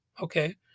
okay